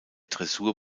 dressur